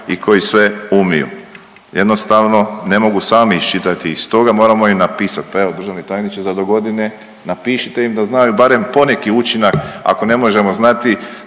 i koji sve umiju? Jednostavno ne mogu sami iščitati iz toga, moramo im napisat, pa evo državni tajniče za dogodine napišite im da znaju barem poneki učinak ako ne možemo znati